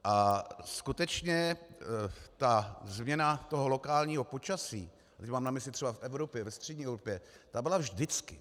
A skutečně změna lokálního počasí, teď mám na mysli třeba v Evropě, ve střední Evropě, ta byla vždycky.